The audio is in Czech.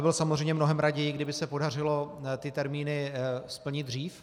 Já bych byl samozřejmě mnohem raději, kdyby se podařilo termíny splnit dřív.